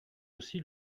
aussi